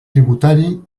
tributari